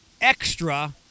extra